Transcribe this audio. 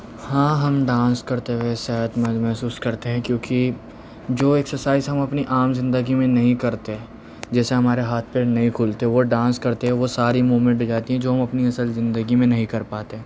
ہاں ہم ڈانس کرتے ہوئے شاید محسوس کرتے ہیں کیونکہ جو ایکسرسائز ہم اپنی عام زندگی میں نہیں کرتے جیسے ہمارے ہاتھ پیر نہیں کھلتے وہ ڈانس کرتے ہوئے وہ ساری مومنٹ ہو جاتی ہیں جو ہم اپنی اصل زندگی میں نہیں کر پاتے